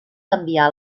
canviar